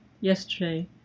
yesterday